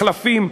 מחלפים.